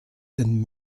den